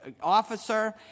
officer